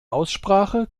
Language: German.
aussprache